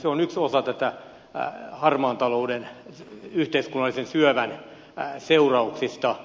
se on yksi osa harmaan talouden yhteiskunnallisen syövän seurauksista